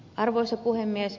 arvoisa puhemies